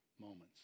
moments